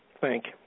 Thank